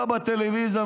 בא לטלוויזיה,